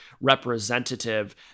representative